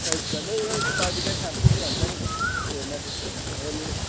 अच्छा नेईं यरो इक मेडीकेयर शैंपू बी औंदा निं ते में सोच्चेआ महां